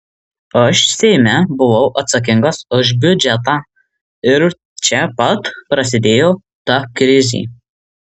aš seime buvau atsakingas už biudžetą ir čia pat prasidėjo ta krizė